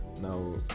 now